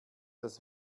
das